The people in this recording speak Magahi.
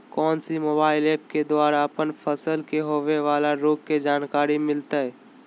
कौन सी मोबाइल ऐप के द्वारा अपन फसल के होबे बाला रोग के जानकारी मिलताय?